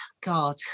god